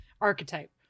archetype